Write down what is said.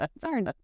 Sorry